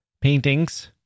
paintings